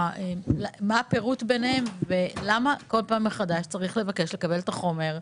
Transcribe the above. מה הפירוט ביניהם ולמה כל פעם מחדש צריך לבקש לקבל את החומר?